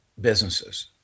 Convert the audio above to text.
businesses